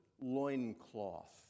loincloth